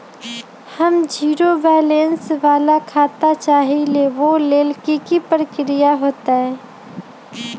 हम zero balance वाला खाता चाहइले वो लेल की की प्रक्रिया होतई?